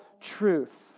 truth